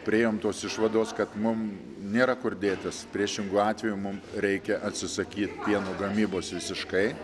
priėjom tos išvados kad mum nėra kur dėtis priešingu atveju mum reikia atsisakyt pieno gamybos visiškai